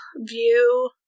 view